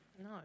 No